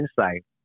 insight